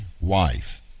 wife